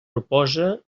proposa